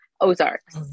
Ozarks